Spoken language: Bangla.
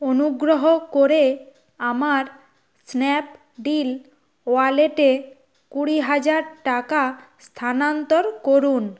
অনুগ্রহ করে আমার স্ন্যাপডিল ওয়ালেটে কুড়ি হাজার টাকা স্থানান্তর করুন